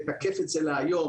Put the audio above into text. לתקף את זה להיום,